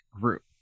group